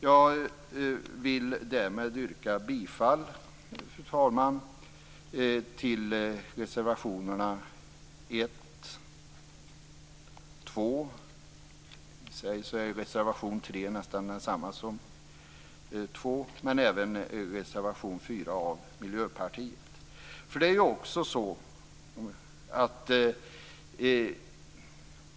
Jag vill därmed yrka bifall till reservationerna 1, 2 och 4. Reservationerna 2 och 3 är nästan likalydande.